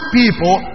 people